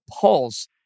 Pulse